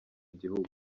gihugu